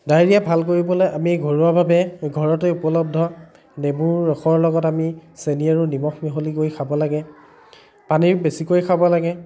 diarrhoea ভাল কৰিবলৈ আমি ঘৰুৱাভাৱে ঘৰতেই উপলব্ধ নেমুৰ ৰসৰ লগত আমি চেনি আৰু নিমখ মিহলি কৰি খাব লাগে পানী বেছিকৈ খাব লাগে